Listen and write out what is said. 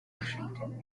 washington